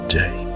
day